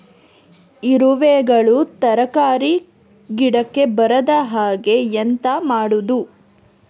ಇರುವೆಗಳು ತರಕಾರಿ ಗಿಡಕ್ಕೆ ಬರದ ಹಾಗೆ ಎಂತ ಮಾಡುದು?